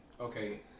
okay